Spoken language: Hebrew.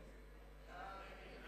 72,